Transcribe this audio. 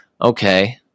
Okay